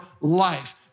life